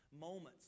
moments